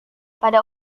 pada